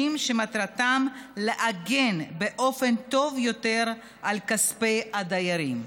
שמטרתם להגן באופן טוב יותר על כספי הדיירים.